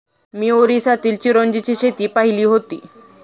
मी ओरिसातील चिरोंजीची शेती पाहिली होती